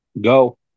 Go